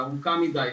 וארוכה מידיי,